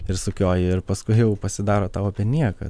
ir sukioji ir paskui jau pasidaro tau apie nieką